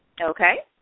Okay